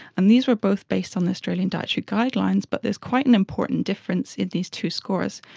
and these were both based on the australian dietary guidelines but there's quite an important difference in these two scores.